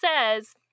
says